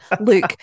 Luke